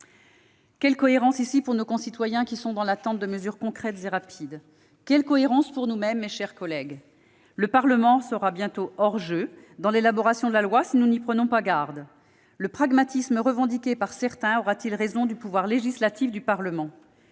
Quelle cohérence pour nos concitoyens dans l'attente de mesures concrètes et rapides ? Quelle cohérence pour nous-mêmes, mes chers collègues ? Le Parlement sera bientôt hors-jeu dans l'élaboration de la loi, si nous n'y prenons garde. Le pragmatisme revendiqué par certains aura-t-il raison du pouvoir législatif du Parlement ?